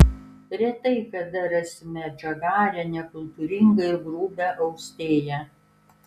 retai kada rasime atžagarią nekultūringą ir grubią austėją